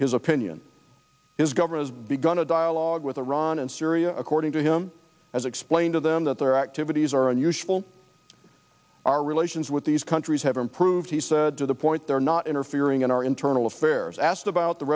his opinion is governor has begun a dialogue with iran and syria according to him as explained to them that their activities are unusual our relations with these countries have improved he said to the point they're not interfering in our internal affairs asked about the